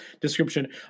description